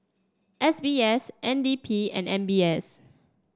S B S N D P and M B S